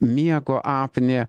miego apnė